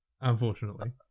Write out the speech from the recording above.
Unfortunately